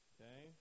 Okay